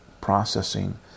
processing